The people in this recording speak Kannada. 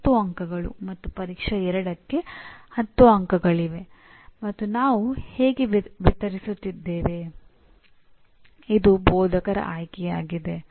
ಏಕೆಂದರೆ ಅದು ಪ್ರೋಗ್ರಾಂ ಪರಿಣಾಮಗಳಲ್ಲಿ ಒಂದಾಗಿದೆ ಮತ್ತು ನಾವು ಕರೆಯುವಂತೆ ಸ್ವಯಂ ನಿರ್ದೇಶನದ ಕಲಿಕೆಯಾಗಿದೆ